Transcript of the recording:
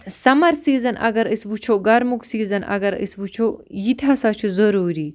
summer season اگر أسۍ وٕچھو گَرمُک سیٖزَن اگر أسۍ وٕچھو یہِ تہِ ہسا چھُ ضٔروٗری